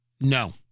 No